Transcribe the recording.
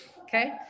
okay